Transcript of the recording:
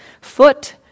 Foot